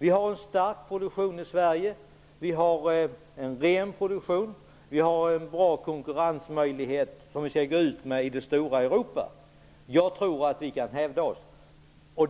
Vi har i Sverige i en stark och ren produktion en bra konkurrensmöjlighet, som vi skall gå ut med i det stora Europa. Jag tror att vi skall hävda oss